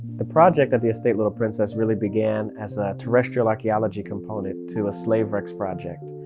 the project at the estate little princess really began as a terrestrial archaeology component to a slave wrecks project,